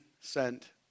sent